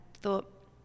thought